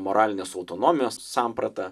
moralinės autonomijos sampratą